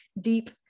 deep